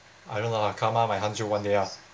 I don't know ah karma might hunt you one day ah